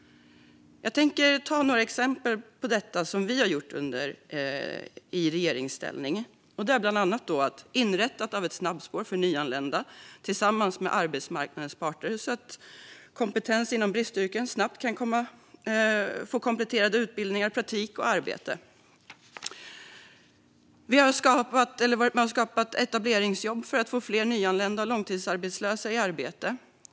Låt mig ta några exempel på vad vi har gjort i regeringsställning. Tillsammans med arbetsmarknadens parter har vi inrättat ett snabbspår för nyanlända så att de med kompetens inom bristyrken snabbt kan få kompletterande utbildning, praktik och arbete. Vi har skapat etableringsjobb för att få fler nyanlända och långtidsarbetslösa i arbete.